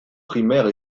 primaire